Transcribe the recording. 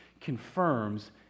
confirms